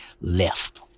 left